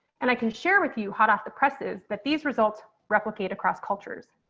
and i can share with you. hot off the presses that these results replicated across cultures.